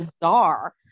Bizarre